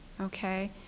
okay